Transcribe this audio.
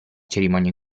cerimonia